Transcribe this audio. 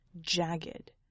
jagged